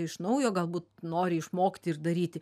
iš naujo galbūt nori išmokti ir daryti